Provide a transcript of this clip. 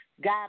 God